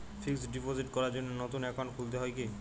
Fix deposit করার জন্য নতুন অ্যাকাউন্ট খুলতে হয় কী?